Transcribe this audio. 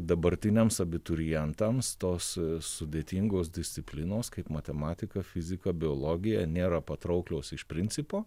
dabartiniams abiturientams tos sudėtingos disciplinos kaip matematika fizika biologija nėra patrauklios iš principo